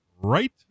right